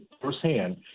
firsthand